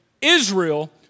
Israel